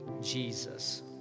Jesus